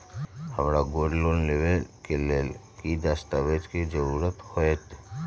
हमरा gold loan लेबे के लेल कि कि दस्ताबेज के जरूरत होयेत?